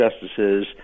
justices